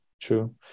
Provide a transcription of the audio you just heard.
true